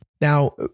Now